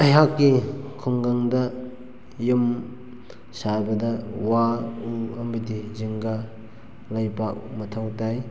ꯑꯩꯍꯥꯛꯀꯤ ꯈꯨꯡꯒꯪꯗ ꯌꯨꯝ ꯁꯥꯕꯗ ꯋꯥ ꯎ ꯑꯃꯗꯤ ꯖꯤꯡꯒ ꯂꯩꯕꯥꯛ ꯃꯊꯧ ꯇꯥꯏ